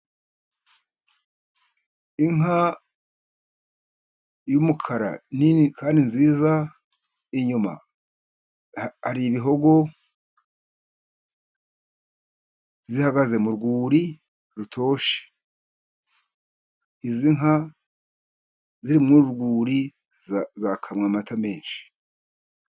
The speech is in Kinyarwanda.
Inka y'umukara nini kandi nziza, inyuma hari ibihogo, zihagaze mu rwuri rutoshye, izi nka ziri murwuri zakamwa amata menshi.